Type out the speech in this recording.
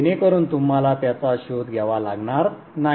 जेणेकरून तुम्हाला त्यांचा शोध घ्यावा लागणार नाही